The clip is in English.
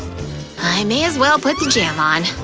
i may as well put the jam on.